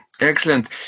Excellent